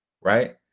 right